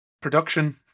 production